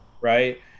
right